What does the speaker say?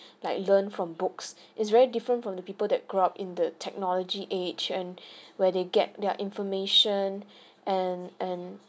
like learn from books is very different from the people that grow up in the technology age and where they get their information and and